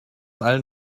allen